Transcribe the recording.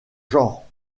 genre